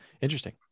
Interesting